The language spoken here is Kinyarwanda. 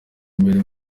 imbere